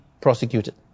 prosecuted